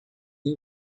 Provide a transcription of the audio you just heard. you